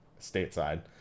stateside